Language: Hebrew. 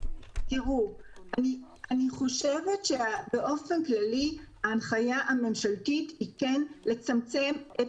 אני חושבת שבאופן כללי ההנחיה הממשלתית היא לצמצמם את